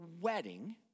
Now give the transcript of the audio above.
wedding